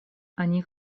они